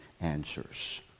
answers